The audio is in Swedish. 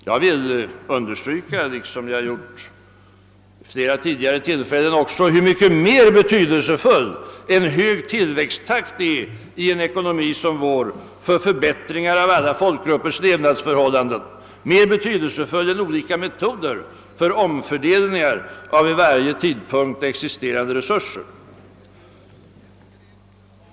Jag vill understryka, liksom jag gjort vid flera tidigare tillfällen, hur mycket mer betydelsefull i en ekonomi som vår en hög tillväxttakt är för förbättringar av alla folkgruppers levnadsförhållanden, mer betydelsefull än olika metoder för omfördelningar av vid varje tidpunkt existerande resurser.